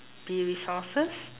be resources